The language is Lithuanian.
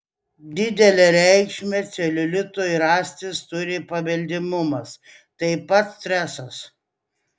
didelę reikšmę celiulitui rastis turi paveldimumas taip pat stresas